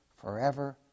forever